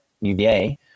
UVA